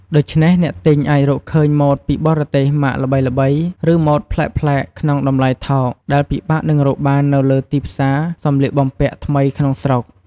ដូច្នេះអ្នកទិញអាចរកឃើញម៉ូដពីបរទេស ម៉ាកល្បីៗ ឬម៉ូដប្លែកៗក្នុងតម្លៃថោក ដែលពិបាកនឹងរកបាននៅលើទីផ្សារសម្លៀកបំពាក់ថ្មីក្នុងស្រុក។